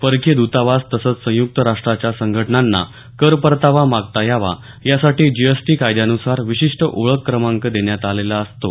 परकीय दतावास तसंच संयुक्त राष्ट्रांच्या संघटनांना कर परतावा मागता यावा यासाठी जीएसटी कायद्यानुसार विशिष्ट ओळख क्रमांक देण्यात आलेला अस्तो